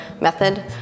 method